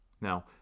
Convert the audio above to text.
Now